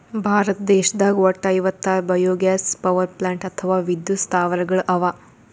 ಭಾರತ ದೇಶದಾಗ್ ವಟ್ಟ್ ಐವತ್ತಾರ್ ಬಯೊಗ್ಯಾಸ್ ಪವರ್ಪ್ಲಾಂಟ್ ಅಥವಾ ವಿದ್ಯುತ್ ಸ್ಥಾವರಗಳ್ ಅವಾ